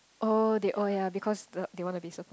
oh they oh ya because the they want to be support